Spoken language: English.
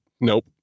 nope